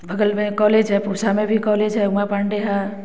बगल में कॉलेज है पूसा में भी कॉलेज है उमा पाण्डेय हैं